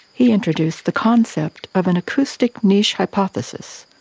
he introduced the concept of an acoustic niche hypothesis,